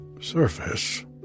surface